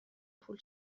پول